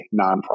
nonprofit